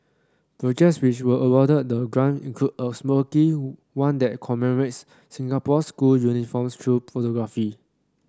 projects which were awarded the grant include a quirky one that commemorates Singapore's school uniforms through photography